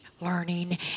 learning